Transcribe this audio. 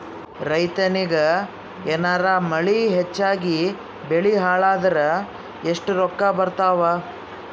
ರೈತನಿಗ ಏನಾರ ಮಳಿ ಹೆಚ್ಚಾಗಿಬೆಳಿ ಹಾಳಾದರ ಎಷ್ಟುರೊಕ್ಕಾ ಬರತ್ತಾವ?